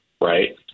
Right